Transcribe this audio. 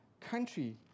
country